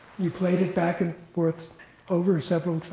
you played it back and forth over several